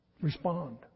respond